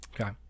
Okay